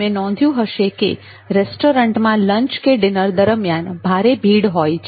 તમે નોંધ્યું હશે કે રેસ્ટોરન્ટમાં લંચ કે ડિનર દરમિયાન ભારે ભીડ હોય છે